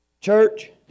Church